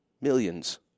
Millions